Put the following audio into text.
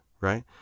right